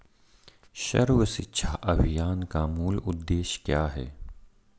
सर्व शिक्षा अभियान का मूल उद्देश्य क्या है?